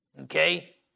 Okay